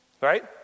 Right